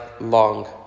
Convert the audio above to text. long